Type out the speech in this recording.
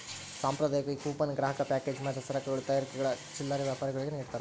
ಸಾಂಪ್ರದಾಯಿಕವಾಗಿ ಕೂಪನ್ ಗ್ರಾಹಕ ಪ್ಯಾಕೇಜ್ ಮಾಡಿದ ಸರಕುಗಳ ತಯಾರಕರು ಚಿಲ್ಲರೆ ವ್ಯಾಪಾರಿಗುಳ್ಗೆ ನಿಡ್ತಾರ